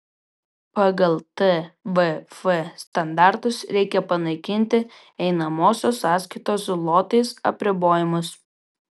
pagal tvf standartus reikia panaikinti einamosios sąskaitos zlotais apribojimus